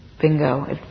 Bingo